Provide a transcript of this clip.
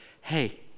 hey